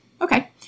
Okay